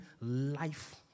life